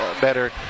better